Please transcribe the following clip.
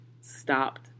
stopped